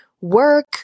work